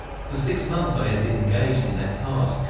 for six months i had been engaged in that task,